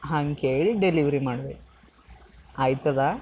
ಹಂಗೆ ಕೇಳಿ ಡೆಲಿವ್ರಿ ಮಾಡಬೇಕು ಆಯ್ತದಾ